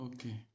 Okay